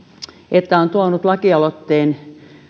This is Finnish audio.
että on tuonut lakialoitteen